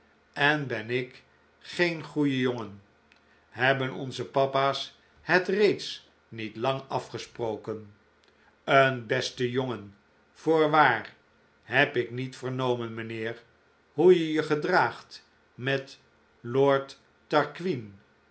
en ben ik geen goeie jongen hebben onze papa's het reeds niet lang afgesproken een beste jongen voorwaar heb ik niet vernomen mijnheer hoe je je gedraagt met lord